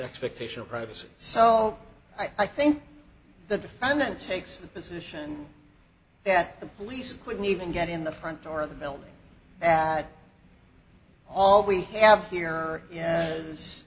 expectation of privacy so i think the defendant takes the position that the police quickly even get in the front door of the building that all we have here